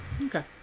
Okay